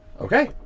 okay